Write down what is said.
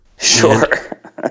Sure